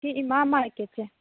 ꯁꯤ ꯏꯃꯥ ꯃꯥꯔꯀꯦꯠꯁꯦ